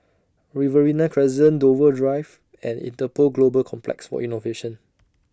Riverina Crescent Dover and Interpol Global Complex For Innovation